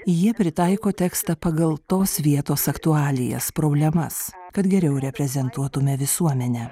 jie pritaiko tekstą pagal tos vietos aktualijas problemas kad geriau reprezentuotume visuomenę